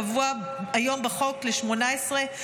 הקבוע היום בחוק ל-18,